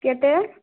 कतेक